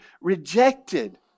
rejected